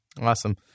Awesome